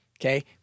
Okay